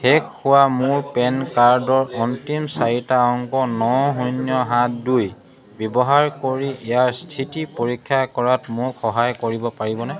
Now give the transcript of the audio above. শেষ হোৱা মোৰ পেন কাৰ্ডৰ অন্তিম চাৰিটা অংক ন শূন্য সাত দুই ব্যৱহাৰ কৰি ইয়াৰ স্থিতি পৰীক্ষা কৰাত মোক সহায় কৰিব পাৰিবনে